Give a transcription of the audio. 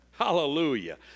Hallelujah